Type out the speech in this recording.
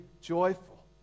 joyful